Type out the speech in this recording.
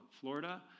Florida